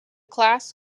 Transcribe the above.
class